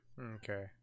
Okay